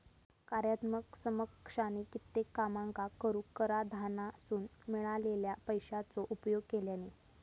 कार्यात्मक समकक्षानी कित्येक कामांका करूक कराधानासून मिळालेल्या पैशाचो उपयोग केल्यानी